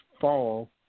fall